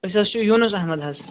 أسۍ حظ چھِ یوٗنُس احمد حظ